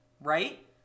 right